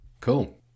cool